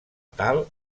tal